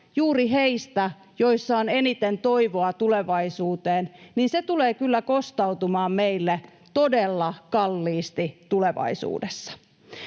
juuri heistä, joissa on eniten toivoa tulevaisuuteen, tulee kyllä kostautumaan meille todella kalliisti tulevaisuudessa.